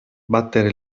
battere